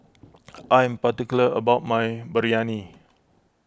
I am particular about my Biryani